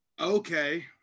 okay